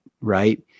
Right